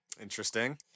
Interesting